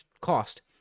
cost